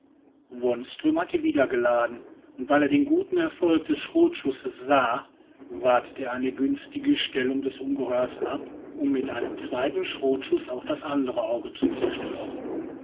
hatte wieder geladen und weil er den guten erfolg des schrotschusses sah wartete er eine günstige stellung des ungeheuers ab um mit einem zweiten schrotschuß auch das andere auge zu zerstören